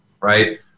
right